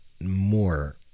more